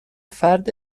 فرد